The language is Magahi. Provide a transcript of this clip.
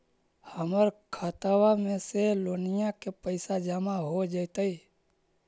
हमर खातबा में से लोनिया के पैसा जामा हो जैतय?